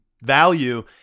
value